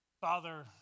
Father